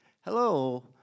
hello